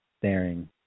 staring